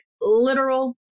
literal